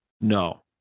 No